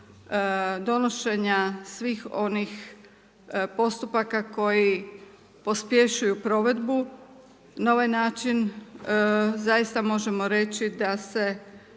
donošenja svih onih postupaka, koji pospješuju provedbu na ovaj način, zaista možemo reći, da se